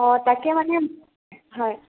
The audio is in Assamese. অ তাকে মানে হয়